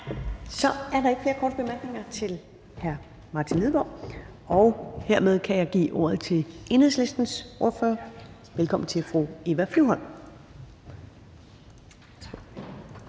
Så er der ikke flere korte bemærkninger til hr. Martin Lidegaard. Og hermed kan jeg give ordet til Enhedslistens ordfører. Velkommen til fru Eva Flyvholm.